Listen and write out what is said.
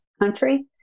country